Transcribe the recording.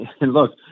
look